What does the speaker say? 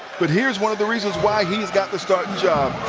but here's one of the reasons why he's got the starting job.